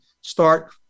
start